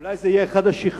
אולי זה יהיה אחד השכנועים,